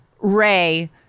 Ray